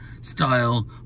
style